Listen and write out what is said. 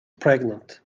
pregnant